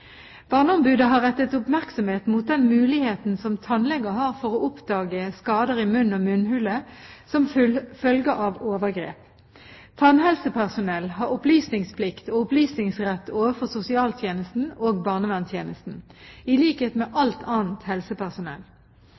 Barneombudet har rettet oppmerksomheten mot den muligheten som tannleger har for å oppdage skader i munn og munnhule som følge av overgrep. Tannhelsepersonell har opplysningsplikt og opplysningsrett overfor sosialtjenesten og barnevernstjenesten – i likhet med alt annet helsepersonell.